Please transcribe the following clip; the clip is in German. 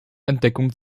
entdeckung